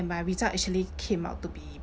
my result actually came out to be